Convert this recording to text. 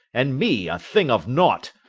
and me a thing of naught.